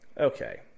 okay